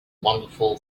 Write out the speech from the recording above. wonderful